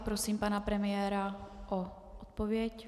Prosím pana premiéra o odpověď.